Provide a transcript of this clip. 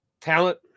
Talent